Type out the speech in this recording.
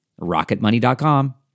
RocketMoney.com